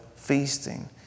Feasting